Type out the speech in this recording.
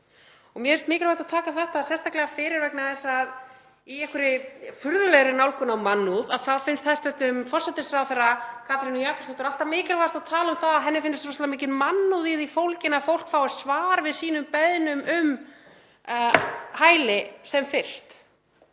Mér finnst mikilvægt að taka þetta sérstaklega fyrir vegna þess að í einhverri furðulegri nálgun á mannúð þá finnst hæstv. forsætisráðherra Katrínu Jakobsdóttur alltaf mikilvægast að tala um að henni finnist svo mikil mannúð í því fólgin að fólk fái svar við sínum beiðnum um hæli sem fyrst,